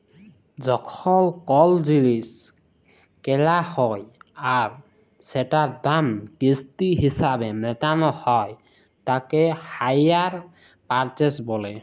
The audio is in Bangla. যখল কল জিলিস কেলা হ্যয় আর সেটার দাম কিস্তি হিছাবে মেটাল হ্য়য় তাকে হাইয়ার পারচেস ব্যলে